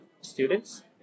students